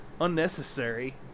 unnecessary